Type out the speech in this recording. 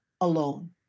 alone